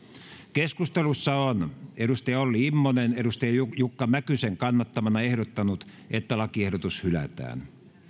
keskustelussa on olli immonen jukka mäkysen kannattamana ehdottanut että lakiehdotus hylätään